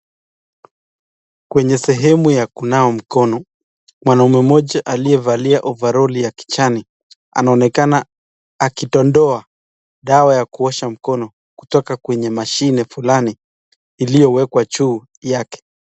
Kwenye sehemu ya kunawa mkono, mwanaume mmoja aliyevalia ovaroli ya kijani anaonekana akidondoa dawa ya kuosha mkono kutoka kwenye mashini fulani iliowekwa juu yake.